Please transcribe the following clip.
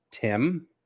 Tim